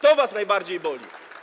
To was najbardziej boli.